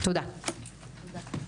תודה רבה.